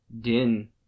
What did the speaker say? din